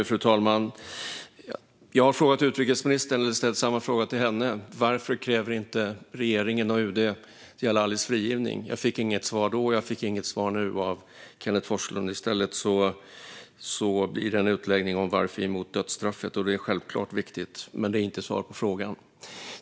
Fru talman! Jag har ställt samma fråga till utrikesministern: Varför kräver inte regeringen och UD Djalalis frigivning? Jag fick inget svar då, och jag fick inte svar nu av Kenneth G Forslund. I stället blev det en utläggning om varför vi är emot dödsstraffet. Och det är självklart viktigt, men det är inte svar på frågan.